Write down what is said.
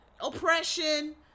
oppression